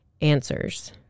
answers